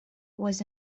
was